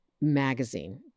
magazine